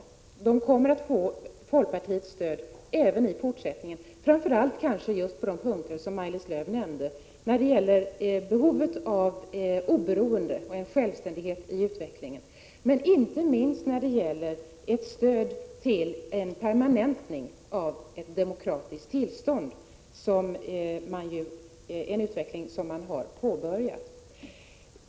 Landet kommer att få folkpartiets stöd även i fortsättningen, kanske framför allt just på de punkter som Maj-Lis Lööw nämnde, nämligen stöd till oberoende, självständighet i utvecklingen och inte minst permanentning av ett demokratiskt tillstånd, en utveckling som ju har påbörjats.